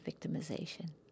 victimization